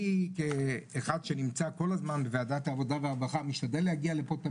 אני כאחד שנמצא כל הזמן בוועדת העבודה והרווחה משתדל לבוא לפה תמיד,